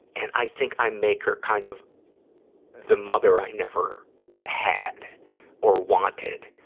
and i think i make her kind of the mother i never had or wanted,